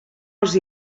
els